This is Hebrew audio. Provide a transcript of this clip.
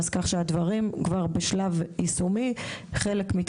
כך שהדברים נמצאים כבר בשלב יישומי; חלקם בשלב